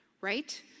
right